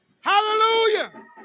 Hallelujah